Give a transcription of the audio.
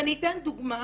ואני אתן דוגמה